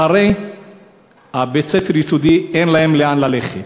אחרי בית-הספר היסודי אין להם לאן ללכת.